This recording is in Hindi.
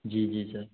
जी जी सर